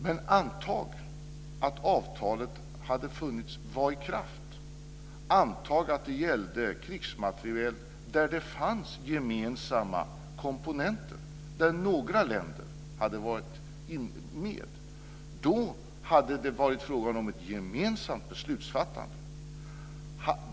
Men anta att avtalet hade trätt i kraft! Anta att det gällde krigsmateriel där det fanns gemensamma komponenter där några länder hade varit inblandade! Då hade det varit fråga om ett gemensamt beslutsfattande.